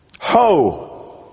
Ho